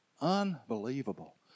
Unbelievable